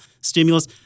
stimulus